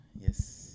Yes